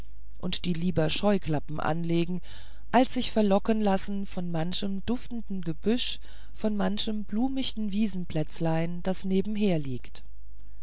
und die lieber scheuklappen anlegen als sich verlocken lassen von manchem duftenden gebüsch von manchem blumichten wiesenplätzlein das nebenher liegt